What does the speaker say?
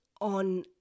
on